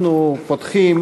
אנחנו פותחים